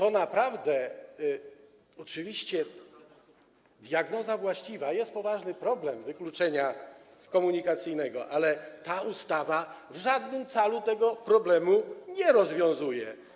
Oczywiście, to diagnoza właściwa, jest poważny problem wykluczenia komunikacyjnego, ale ta ustawa w żadnym calu tego problemu nie rozwiązuje.